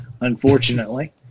unfortunately